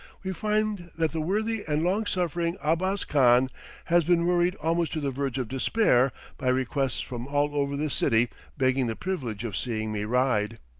we find that the worthy and long-suffering abbas khan has been worried almost to the verge of despair by requests from all over the city begging the privilege of seeing me ride.